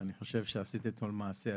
אני חושב שעשית אתמול מעשה אציל.